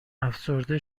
افسرده